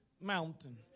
mountain